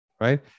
right